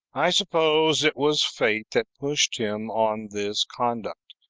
i suppose it was fate that pushed him on this conduct,